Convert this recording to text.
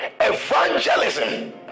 Evangelism